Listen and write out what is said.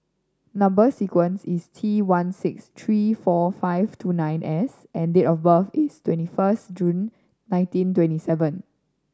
number sequence is T one six three four five two nine S and date of birth is twenty first June nineteen twenty seven